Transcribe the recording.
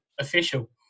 official